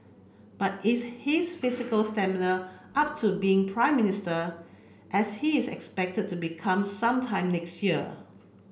but is his physical stamina up to being Prime Minister as he is expected to become some time next year